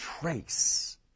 trace